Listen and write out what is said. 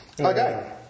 Okay